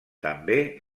també